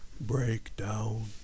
Breakdown